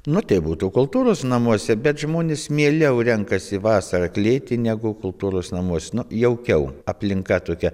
nu tai būtų kultūros namuose bet žmonės mieliau renkasi vasarą klėty negu kultūros namous nu jaukiau aplinka tokia